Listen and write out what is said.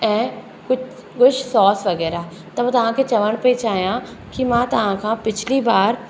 ऐं कु कुझु सॉस वग़ैरह त मां तव्हांखे चवणु पई चाहियां की मां तव्हांखां पिछिली बार